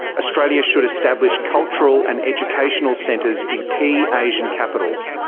australia should establish cultural and educational centres in key asian capitals,